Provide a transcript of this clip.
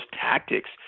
tactics